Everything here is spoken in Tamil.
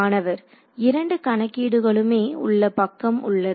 மாணவர் இரண்டு கணக்கீடுகளுமே உள்ள பக்கம் உள்ளது